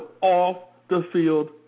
off-the-field